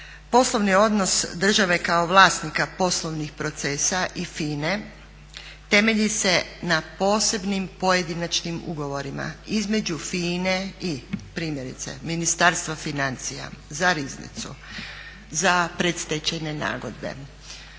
Poslovni odnos države kao vlasnika poslovnih procesa i FINA-e temelji se na posebnim pojedinačnim ugovorima između FINA-e i primjerice Ministarstva financija za Riznicu, za predstečajne nagodbe,